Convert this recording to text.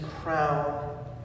crown